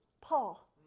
Paul